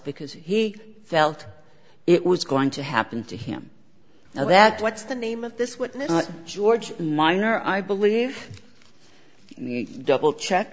because he felt it was going to happen to him now that what's the name of this witness george minor i believe in the double check